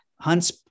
Hunt's